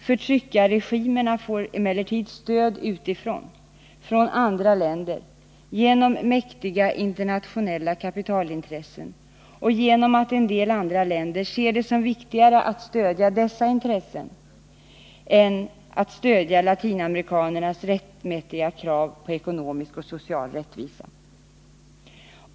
Förtryckarregimerna får emellertid stöd utifrån — från andra länder — genom mäktiga internationella kapitalintressen och genom att en del andra länder ser det som viktigare att stödja dessa intressen än att stödja latinamerikanernas rättmätiga krav på ekonomisk och social rättvisa.